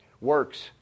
Works